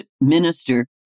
Minister